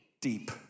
deep